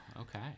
Okay